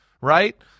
right